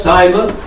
Simon